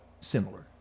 similar